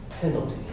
penalty